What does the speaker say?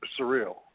surreal